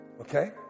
okay